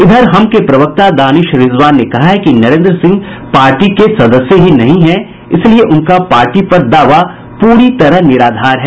इधर हम के प्रवक्ता दानिश रिज़वान ने कहा है कि नरेन्द्र सिंह पार्टी के सदस्य ही नहीं हैं इसलिए उनका पार्टी पर दावा पूरी तरह निराधार है